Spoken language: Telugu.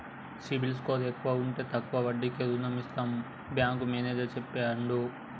సిబిల్ స్కోర్ ఎక్కువ ఉంటే తక్కువ వడ్డీకే రుణం ఇస్తామని బ్యాంకు మేనేజర్ చెప్పిండు